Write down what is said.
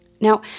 Now